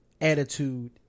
attitude